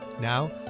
Now